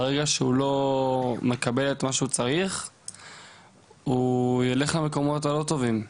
ברגע שהוא לא מקבל את מה שהוא צריך הוא ילך למקומות הלא טובים,